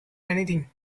anything